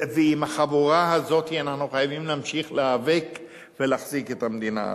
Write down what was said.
ועם החבורה הזאת אנחנו חייבים להמשיך להיאבק ולהחזיק את המדינה הזאת.